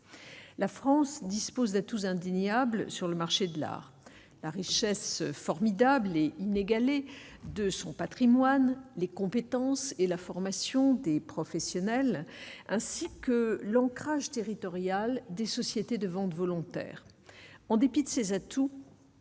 la France dispose d'atouts tous indéniable sur le marché de l'art, la richesse formidable et inégalée de son Patrimoine, les compétences et la formation des professionnels, ainsi que l'ancrage territorial des sociétés de vente volontaire en dépit de ses atouts,